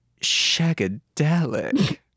shagadelic